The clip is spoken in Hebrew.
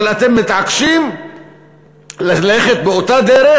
אבל אתם מתעקשים ללכת באותה דרך.